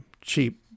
cheap